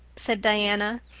said diana.